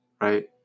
right